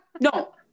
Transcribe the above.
no